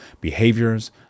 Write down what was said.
behaviors